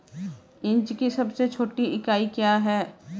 Inch की सबसे छोटी इकाई क्या है?